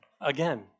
Again